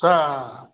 सहए